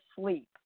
sleep